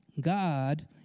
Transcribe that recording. God